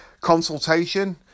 Consultation